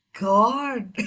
god